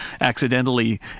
accidentally